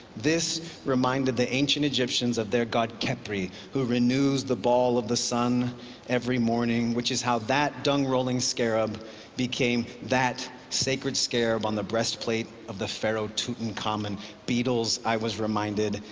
this reminded the ancient egyptians of their god khepri, who renews the ball of the sun every morning, which is how that dung-rolling scarab became that sacred scarab on the breastplate of the pharaoh tutankhamun. beetles, i was reminded,